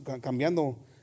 cambiando